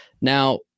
Now